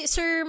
Sir